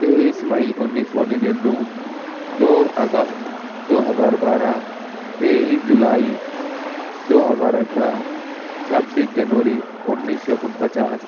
تئیس مئی انیس سو ننانوے دو اگست دو ہزار بارہ تئیس جولائی دو ہزار اٹھارہ چھبیس جنوری انیس سو انچاس